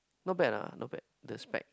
not bad lah not bad the spec